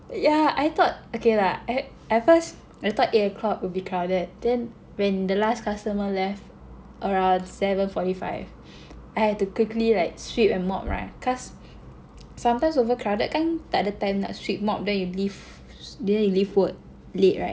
yeah I thought okay lah at at first I thought airport will be crowded then when the last customer left around seven forty five I had to quickly like sweep and mop right cause sometimes overcrowded kan tak ada time nak sweep mop then you leave then you leave work late right